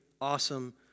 awesome